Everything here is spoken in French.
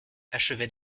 achevait